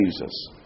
Jesus